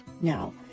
now